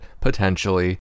potentially